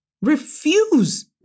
refuse